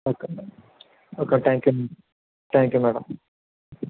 okay madam okay thank you madam thank you madam